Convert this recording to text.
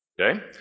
Okay